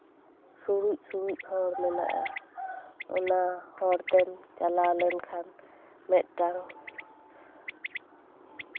ᱥᱩᱲᱩᱡᱼᱥᱩᱲᱩᱡ ᱦᱚᱨ ᱢᱮᱱᱟᱜᱼᱟ ᱚᱱᱟ ᱦᱚᱨ ᱛᱮᱢ ᱪᱟᱞᱟᱣ ᱞᱮᱱᱠᱷᱟᱱ ᱢᱤᱫᱴᱟᱝ